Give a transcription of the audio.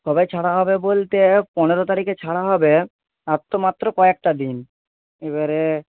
কবে ছাড়া হবে বলতে পনেরো তারিখে ছাড়া হবে আর তো মাত্র কয়েকটা দিন এইবারে